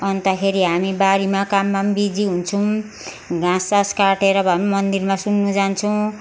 अन्तखेरि हामी बारीमा काममा पनि बिजी हुन्छौँ घाँससास काटेर भए पनि मन्दिरमा सुन्नु जान्छौँ